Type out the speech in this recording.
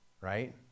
right